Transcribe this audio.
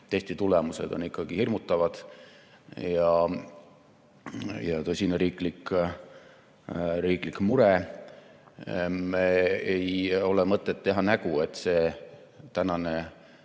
testitulemused on hirmutavad ja tõsine riiklik mure. Ei ole mõtet teha nägu, et see tänaneshowon